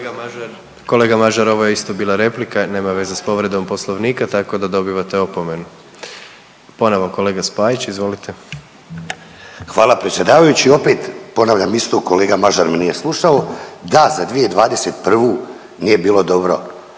kolega Mažar ovo je isto bila replika, nema veze s povredom poslovnika, tako da dobivate opomenu. Ponovo kolega Spajić, izvolite. **Spajić, Daniel (DP)** Hvala predsjedavajući. Opet ponavljam isto, kolega Mažar me nije slušao, da za 2021. nije bilo dobro